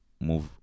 move